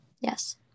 yes